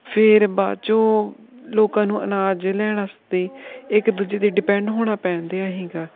ਫਿਰ ਬਾਅਦ ਚੋਂ ਲੋਕਾਂ ਨੂੰ ਅਨਾਜ ਲੈਣ ਵਾਸਤੇ ਇੱਕ ਦੂਜੇ 'ਤੇ ਡਿਪੈਂਡ ਹੋਣਾ ਪੈਣ ਦਿਆ ਸੀਗਾ